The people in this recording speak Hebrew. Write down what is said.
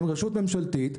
הן רשות ממשלתית,